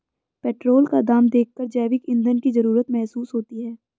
petrol का दाम देखकर जैविक ईंधन की जरूरत महसूस होती है